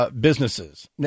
Businesses